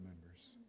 members